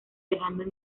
dejando